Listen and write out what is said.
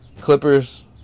Clippers